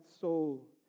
soul